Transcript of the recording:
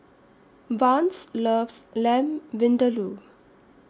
Vance loves Lamb Vindaloo